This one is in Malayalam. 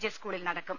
ജെ സ്കൂളിൽ നടക്കും